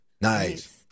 Nice